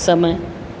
समय